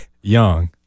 Young